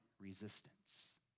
resistance